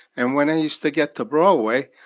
and when i used to get to broadway,